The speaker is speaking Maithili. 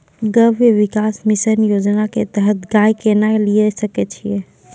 गव्य विकास मिसन योजना के तहत गाय केना लिये सकय छियै?